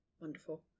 wonderful